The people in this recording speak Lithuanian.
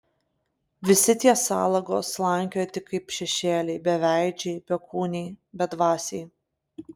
visi tie salagos slankioja tik kaip šešėliai beveidžiai bekūniai bedvasiai